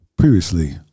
Previously